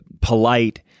polite